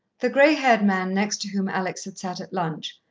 the grey-haired man next to whom alex had sat at lunch,